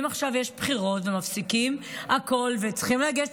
אם עכשיו יש בחירות ומפסיקים הכול וצריכים לגשת,